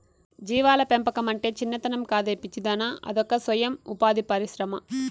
జీవాల పెంపకమంటే చిన్నతనం కాదే పిచ్చిదానా అదొక సొయం ఉపాధి పరిశ్రమ